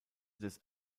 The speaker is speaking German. des